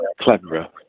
cleverer